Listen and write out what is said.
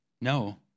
No